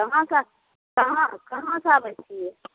कहाँ सँ कहाँ कहाँ सँ आबै छियै